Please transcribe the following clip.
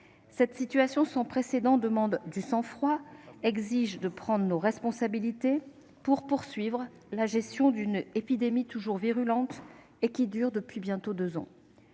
Cette situation sans précédent demande du sang-froid et exige que nous prenions nos responsabilités en vue de poursuivre la gestion d'une épidémie toujours virulente, qui dure depuis bientôt deux ans.